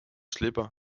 slipper